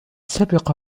سبق